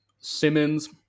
Simmons